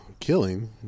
killing